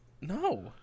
No